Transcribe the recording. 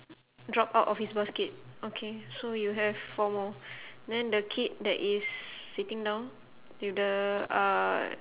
drop out of his basket okay so you have four more then the kid that is sitting down with the uh